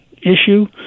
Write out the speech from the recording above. issue